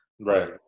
Right